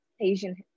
Asian